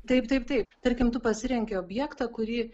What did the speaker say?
taip taip taip tarkim tu pasirenki objektą kurį